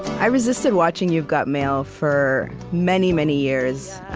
i resisted watching you've got mail, for many, many years.